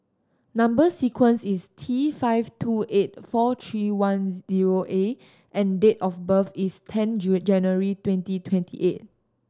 number sequence is T five two eight four three one zero A and date of birth is ten June January twenty twenty eight